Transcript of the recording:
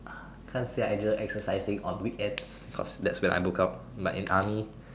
can't say I enjoy exercising on weekends because that's when I book out but when in army